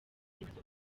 zimaze